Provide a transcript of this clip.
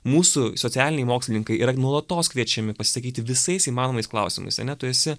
mūsų socialiniai mokslininkai yra nuolatos kviečiami pasisakyti visais įmanomais klausimais ane tu esi